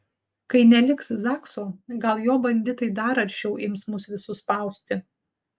kai neliks zakso gal jo banditai dar aršiau ims mus visus spausti